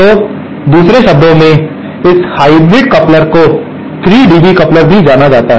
तो दूसरे शब्दों में इसीलिए इस हाइब्रिड कपलर को 3 dB कपलर भी जाना जाता है